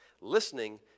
listening